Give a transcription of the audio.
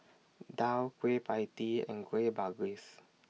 Daal Kueh PIE Tee and Kueh Bugis